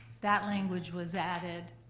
that language was added.